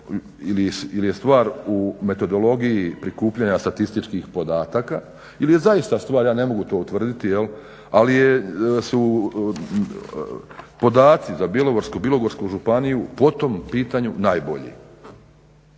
ili je stvar u metodologiji prikupljanja statističkih podataka ili je zaista stvar ja ne mogu to utvrditi, ali su podaci za Bjelovarsko-bilogorsku županiju po tom pitanju najbolji.